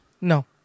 No